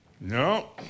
No